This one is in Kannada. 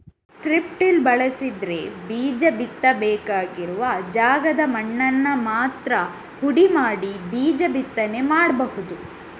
ಸ್ಟ್ರಿಪ್ ಟಿಲ್ ಬಳಸಿದ್ರೆ ಬೀಜ ಬಿತ್ತಬೇಕಾಗಿರುವ ಜಾಗದ ಮಣ್ಣನ್ನ ಮಾತ್ರ ಹುಡಿ ಮಾಡಿ ಬೀಜ ಬಿತ್ತನೆ ಮಾಡ್ಬಹುದು